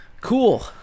Cool